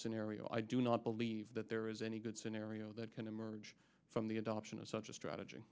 scenario i do not believe that there is any good scenario that can emerge from the adoption of such a strategy